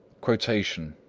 quotation,